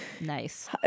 nice